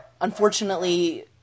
unfortunately